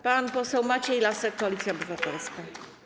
Pan poseł Maciej Lasek, Koalicja Obywatelska.